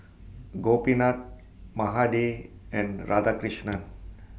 Gopinath Mahade and Radhakrishnan